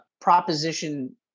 proposition